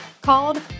called